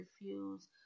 refuse